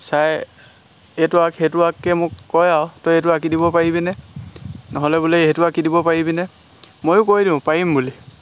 চাই এইটো আাক সেইটো আাঁককৈ মোক কয় আৰু তই সেইটো আঁকি দিব পাৰিবিনে নহ'লে বোলে সেইটো আঁকি দিব পাৰিবিনে ময়ো কৈ দিওঁ পাৰিম বুলি